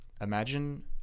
imagine